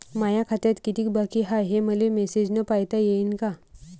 माया खात्यात कितीक बाकी हाय, हे मले मेसेजन पायता येईन का?